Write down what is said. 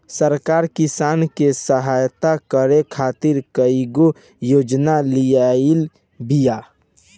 सरकार किसान के सहयता करे खातिर कईगो योजना लियाइल बिया